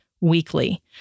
weekly